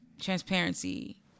transparency